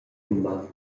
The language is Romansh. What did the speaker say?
miu